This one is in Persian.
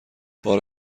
بار